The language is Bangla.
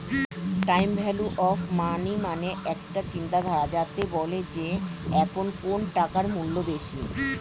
টাইম ভ্যালু অফ মনি মানে একটা চিন্তাধারা যাতে বলে যে এখন কোন টাকার মূল্য বেশি